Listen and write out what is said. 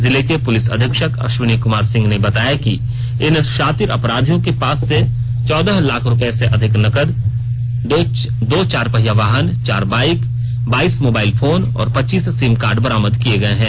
जिले के पुलिस अधीक्षक अश्विनी कुमार सिन्हा ने बताया कि इन शातिर अपराधियों के पास से चौदह लाख रूपये से अधिक नगद दो चार पहिया वाहन चार बाइक बाइस मोबाइल फोन और पच्चीस सिम कार्ड बरामद किये गये हैं